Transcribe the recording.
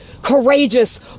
courageous